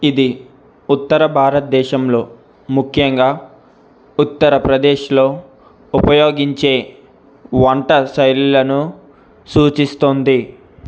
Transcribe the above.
ఇది ఉత్తర భారతదేశంలో ముఖ్యంగా ఉత్తరప్రదేశ్లో ఉపయోగించే వంట శైలులను సూచిస్తుంది